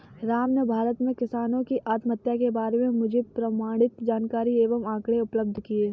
राम ने भारत में किसानों की आत्महत्या के बारे में मुझे प्रमाणित जानकारी एवं आंकड़े उपलब्ध किये